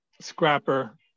scrapper